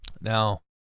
Now